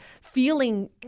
feeling